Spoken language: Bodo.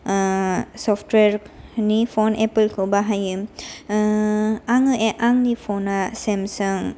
सफ्टवेरनि फन एप्पोलखौ बाहायो आंङो आंनि फना सेमसां